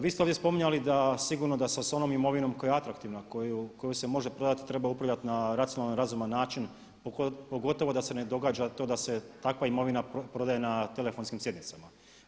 Vi ste ovdje spominjali da sigurno da sa onom imovinom koja je atraktivna, koju se može prodati treba upravljati na racionalan i razuman način pogotovo da se ne događa to da se takva imovina prodaje na telefonskim sjednicama.